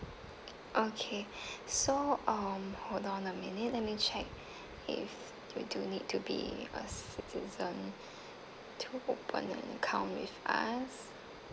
okay so um hold on a minute let me check if you do need to be a citizen to open an account with us